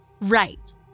Right